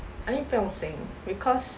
I think 不用紧 because